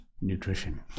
Nutrition